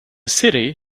city